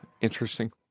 interesting